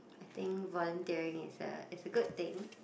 I think volunteering is a is a good thing